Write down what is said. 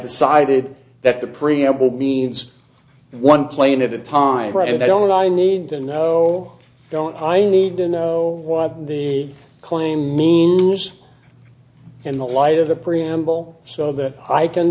decided that the preamble needs one plane at a time and i don't i need to know don't i need to know what the claim means in the light of the preamble so that i can